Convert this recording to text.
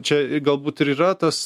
čia galbūt ir yra tas